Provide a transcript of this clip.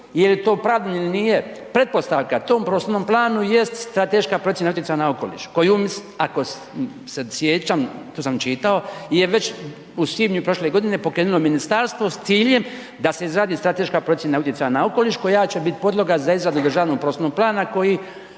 jeli to opravdano ili nije. Pretpostavka tom prostornom plana jest strateška procjena utjecaja na okoliš kojom ako se sjećam, to sam čitao, je već u svibnju prošle godine pokrenulo ministarstvo s ciljem da se izradi strateška procjena utjecaja na okoliš koja će biti podloga za izradu državnog prostornog plana koji